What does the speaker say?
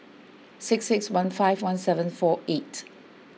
six six one five one seven four eight